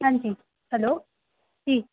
हां जी हलो जी